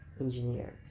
engineers